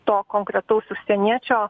to konkretaus užsieniečio